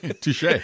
Touche